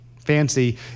fancy